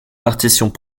partitions